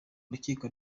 urukiko